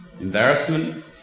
embarrassment